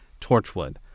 Torchwood